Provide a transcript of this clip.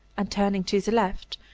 and, turning to the left,